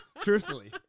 Truthfully